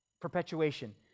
perpetuation